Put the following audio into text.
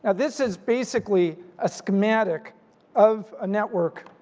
and this is basically a schematic of a network